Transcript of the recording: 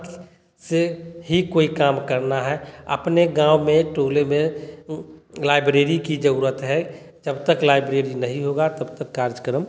से ही कोई काम करना है अपने गाँव में टोले में लाइब्रेरी की ज़रूरत है जब तक लाइब्रेरी नहीं होगा तब तक कार्यक्रम